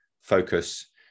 focus